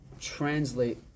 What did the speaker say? translate